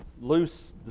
loose